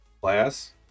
class